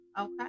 Okay